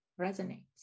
resonates